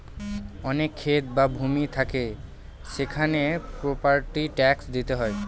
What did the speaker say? অনেক ক্ষেত বা ভূমি থাকে সেখানে প্রপার্টি ট্যাক্স দিতে হয়